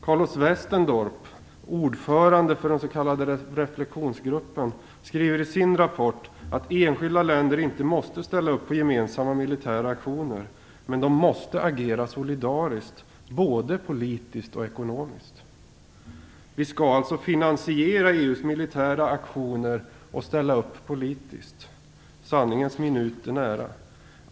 Carlos Westendorp, ordförande i den s.k. reflektionsgruppen, skriver i sin rapport att enskilda länder inte måste ställa upp på gemensamma militära aktioner men att de måste agera solidariskt både politiskt och ekonomiskt. Vi skall alltså finansiera EU:s militära aktioner och ställa upp politiskt. Sanningens minut är nära.